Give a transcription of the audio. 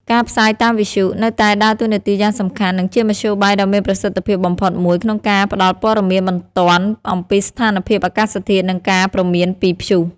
ការផ្សាយតាមវិទ្យុ នៅតែដើរតួនាទីយ៉ាងសំខាន់ និងជាមធ្យោបាយដ៏មានប្រសិទ្ធភាពបំផុតមួយក្នុងការផ្តល់ព័ត៌មានបន្ទាន់អំពីស្ថានភាពអាកាសធាតុ និងការព្រមានពីព្យុះ ។